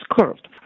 curved